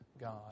God